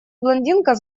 блондинка